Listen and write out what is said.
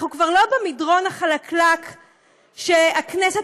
אנחנו כבר לא במדרון חלקלק שבו הכנסת